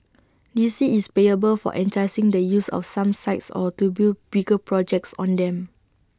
D C is payable for the use of some sites or to build bigger projects on them